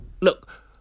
look